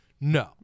no